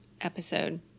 episode